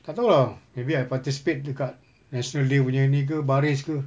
tak tahu lah maybe I participate dekat national day punya ini ke baris ke